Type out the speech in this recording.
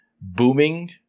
booming